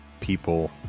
people